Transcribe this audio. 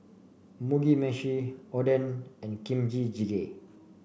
Mugi Meshi Oden and Kimchi Jjigae